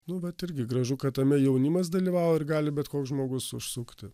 nu vat irgi gražu kad tame jaunimas dalyvavo ir gali bet koks žmogus užsukti